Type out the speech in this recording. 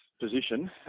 position